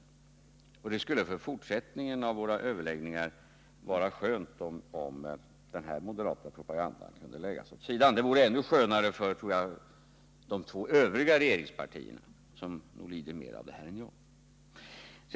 Det vore skönt för våra fortsatta överläggningar om denna moderata propaganda kunde läggas åt sidan. Jag tror det vore ännu skönare för de två övriga regeringspartierna, som lider mer av den än jag.